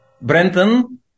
Brenton